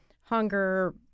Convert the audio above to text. hunger